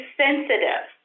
sensitive